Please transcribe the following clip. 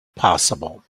possible